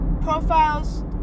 Profiles